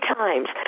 times